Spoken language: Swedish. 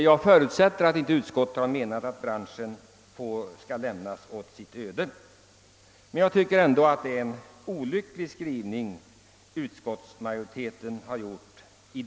Jag förutsätter att utskottet inte har menat att branschen skall lämnas åt sitt öde, men jag tycker att utskottets skrivning i detta avsnitt är olycklig.